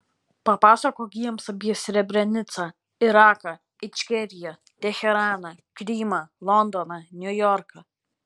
papasakok jiems apie srebrenicą iraką ičkeriją teheraną krymą londoną niujorką